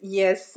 yes